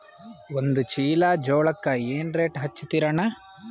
ಒಂದ ಚೀಲಾ ಜೋಳಕ್ಕ ಏನ ರೇಟ್ ಹಚ್ಚತೀರಿ ಅಣ್ಣಾ?